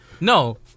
No